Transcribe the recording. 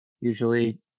usually